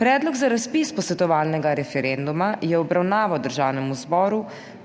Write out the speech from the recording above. Predlog za razpis posvetovalnega referenduma je v obravnavo Državnemu zboru